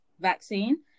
vaccine